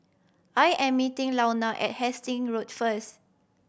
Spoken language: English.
I am meeting Launa at Hasting Road first